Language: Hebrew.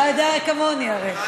אתה יודע כמוני הרי.